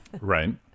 Right